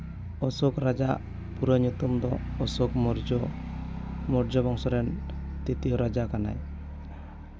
ᱚᱥᱳᱠ ᱨᱟᱡᱟᱣᱟᱜ ᱯᱩᱨᱟᱹ ᱧᱩᱛᱩᱢ ᱫᱚ ᱚᱥᱳᱠ ᱢᱳᱨᱡᱚ ᱢᱳᱨᱡᱚ ᱵᱚᱝᱥᱚ ᱨᱮᱱ ᱛᱨᱤᱛᱭᱚ ᱨᱟᱡᱟ ᱠᱟᱱᱟᱭ